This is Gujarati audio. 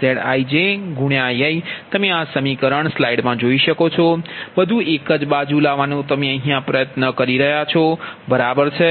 Zij Zji Ikબધુ એક બાજુ લાવવાની બરાબર છે